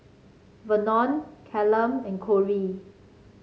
Vernon Callum and Corrie